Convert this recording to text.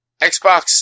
Xbox